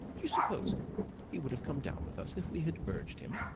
do you suppose he would have come down with us if we had urged him?